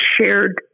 shared